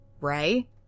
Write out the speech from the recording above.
Ray